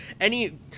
any-